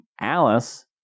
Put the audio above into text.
Alice